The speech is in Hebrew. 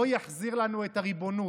לא יחזיר לנו את הריבונות,